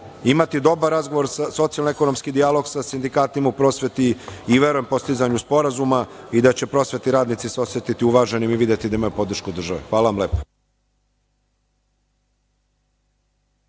imati dobar razgovor socioekonomski dijalog sa sindikatima u prosveti i verujem postizanju sporazuma i da će prosvetni radnici se osetiti uvaženim i videti da imaju podršku države. Hvala vam lepo.